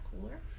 cooler